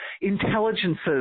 intelligences